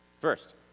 First